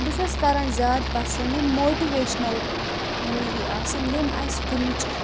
بہٕ چھس کَران زیادٕ پَسنٛد یِم موٹِویشنَل موٗوِی آسان یِم اَسہِ کُنِچ